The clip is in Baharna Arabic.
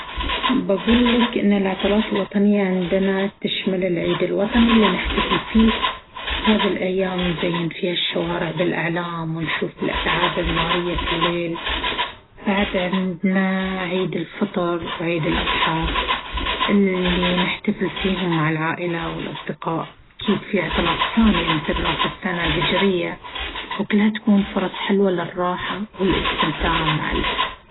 بقول لك إن العطلات الوطنية عندنا تشمل العيد الوطني اللي نحتفل فيه. هذي الأيام نزين فيها الشوارع بالأعلام ونشوف الألعاب النارية في الليل. بعد عندنا عيد الفطر وعيد الأضحى اللي نحتفل فيهم مع العائلة والأصدقاء. أكيد في عطلات ثانية مثل رأس السنة الهجرية ، وكلها تكون فرص حلوة للراحة والاستمتاع مع الأهل